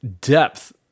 depth